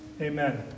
Amen